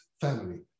family